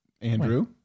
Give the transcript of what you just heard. Andrew